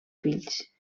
fills